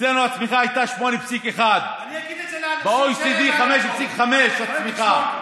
ואצלנו הצמיחה הייתה 8.1%. ב-OECD 5.5% הצמיחה.